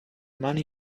money